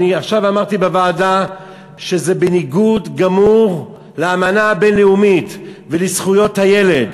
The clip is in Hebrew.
אמרתי עכשיו בוועדה שזה בניגוד גמור לאמנה הבין-לאומית ולזכויות הילד,